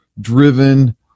driven